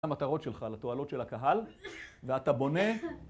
המטרות שלך לתועלות של הקהל ואתה בונה